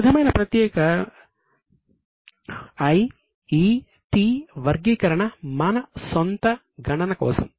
ఈ విధమైన ప్రత్యేక 'I' 'E' 'T' వర్గీకరణ మన స్వంత గణన కోసం